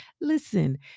listen